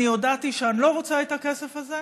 אני הודעתי שאני לא רוצה את הכסף הזה,